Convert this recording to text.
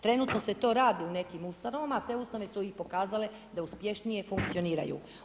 Trenutno se to radi u nekim ustanovama, a te ustanove su i pokazale da uspješnije funkcioniraju.